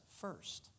first